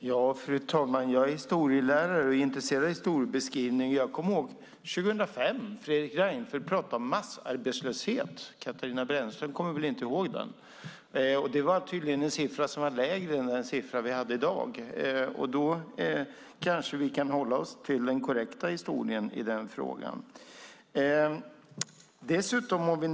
Fru talman! Jag är historielärare och intresserad av historiebeskrivning. Jag minns att Fredrik Reinfeldt 2005 talade om massarbetslöshet. Katarina Brännström kommer väl inte ihåg det. Då var det en siffra som var lägre än den siffra vi har i dag. Vi kanske kan hålla oss till den korrekta historiebeskrivningen i denna fråga.